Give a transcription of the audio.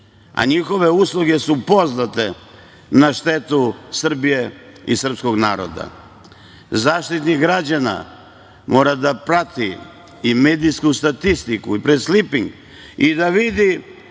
a njihove usluge su poznate na štetu Srbije i srpskog naroda. Zaštitnik građana mora da prati i medijsku statistiku i pres kliping i da vidi